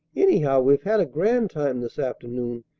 anyhow, we've had a grand time this afternoon,